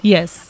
Yes